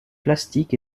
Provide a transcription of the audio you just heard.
plastique